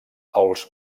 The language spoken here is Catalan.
als